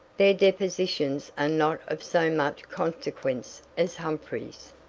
their depositions are not of so much consequence as humphrey's,